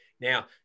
Now